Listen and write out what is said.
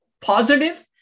positive